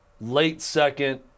late-second